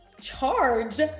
charge